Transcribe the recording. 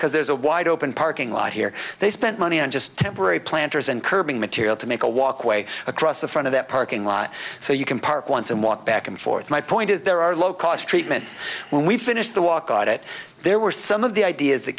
because there's a wide open parking lot here they spent money on just temporary planters and curbing material to make a walkway across the front of that parking lot so you can park once and walk back and forth my point is there are low cost treatments when we finished the walk at it there were some of the ideas that